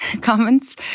Comments